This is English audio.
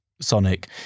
Sonic